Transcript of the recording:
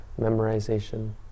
memorization